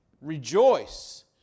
Rejoice